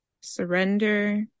surrender